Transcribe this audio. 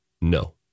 no